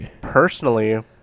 Personally